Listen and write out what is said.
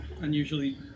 unusually